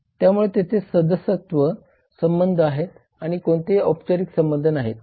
त्यामुळे तेथे सदस्यत्व संबंध आहेत आणि कोणतेही औपचारिक संबंध नाहीत